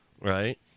right